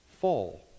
fall